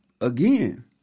again